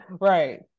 right